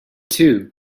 too